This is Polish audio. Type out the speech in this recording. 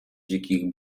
dzikich